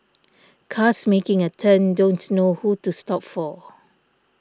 cars making a turn don't know who to stop for